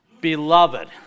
beloved